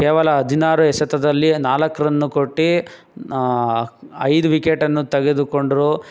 ಕೇವಲ ಹದಿನಾರು ಎಸೆತದಲ್ಲಿ ನಾಲ್ಕು ರನ್ ಕೊಟ್ಟು ಐದು ವಿಕೆಟನ್ನು ತೆಗೆದುಕೊಂಡರು